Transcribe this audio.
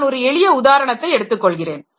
நான் ஒரு எளிய உதாரணத்தை எடுத்துக் கொள்கிறேன்